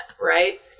right